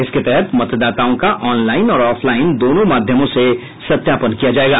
इसके तहत मतदाताओं का ऑनलाइन और ऑफलाइन दोनों माध्यमों से सत्यापन किया जायेगा